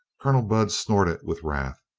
colonel budd snorted with wrath.